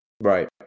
Right